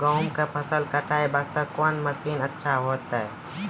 गेहूँ के फसल कटाई वास्ते कोंन मसीन अच्छा होइतै?